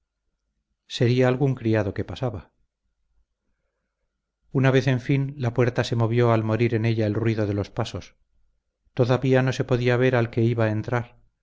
sería algún criado que pasaba una vez en fin la puerta se movió al morir en ella el ruido de los pasos todavía no se podía ver al que iba a entrar